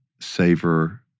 savor